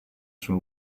sul